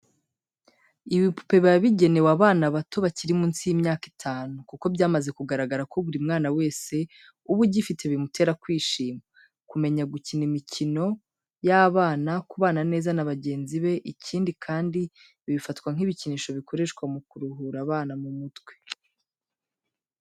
Ibipupe biba bigenewe abana bato bakiri munsi y'imyaka itanu, kuko byamaze kugaragara ko buri mwana wese uba ugifite bimutera kwishima, kumenya gukina imikino y'abana, kubana neza na bagenzi be ikindi kandi ibi bifatwa nk'ibikinisho bikoreshwa mu kuruhura abana mu mutwe.